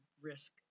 risk